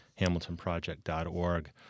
hamiltonproject.org